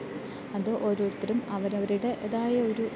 അത് ഓരോരുത്തരും അവർ അവരുടെതായ ഒരു